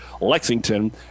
Lexington